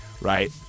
right